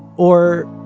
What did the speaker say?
or,